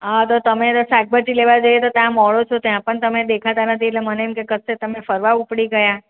હા તો તમે તો શાકભાજી લેવા જઈએ ત્યાં મળો છો ત્યાં પણ તમે દેખાતા નથી એટલે મને એમ કે કશે તમે ફરવા ઉપડી ગયા